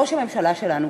ראש הממשלה שלנו,